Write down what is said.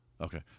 Okay